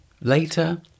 Later